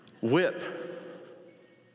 Whip